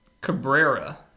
Cabrera